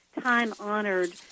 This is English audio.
time-honored